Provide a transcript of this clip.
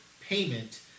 payment